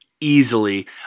easily